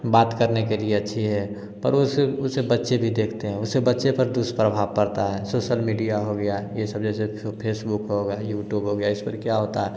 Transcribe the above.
बात करने के लिए अच्छी है पर उस उसे बच्चे भी देखते हैं उसे बच्चे पर दुष्प्रभाव पड़ता है सोसल मीडिया हो गया यह सब जैसे फेसबुक हो गया यूट्यूब हो गया इस पर क्या होता है